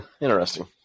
Interesting